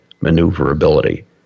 maneuverability